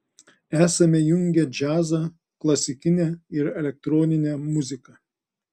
esame jungę džiazą klasikinę ir elektroninę muziką